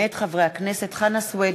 מאת חברי הכנסת אורית סטרוק,